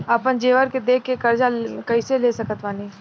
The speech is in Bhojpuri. आपन जेवर दे के कर्जा कइसे ले सकत बानी?